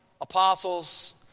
apostles